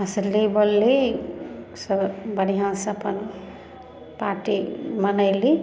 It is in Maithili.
हँसली बोलली सब बढ़िऑं से अपन पार्टी मनेली